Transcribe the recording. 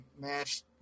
match